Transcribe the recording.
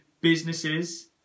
businesses